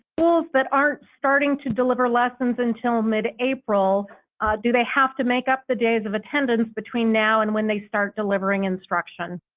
schools that aren't starting to deliver lessons until mid-april do they have to make up the days of attendance between now and when they start delivering instruction?